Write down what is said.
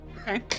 Okay